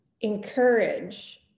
encourage